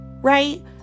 right